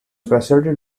specialty